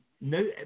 No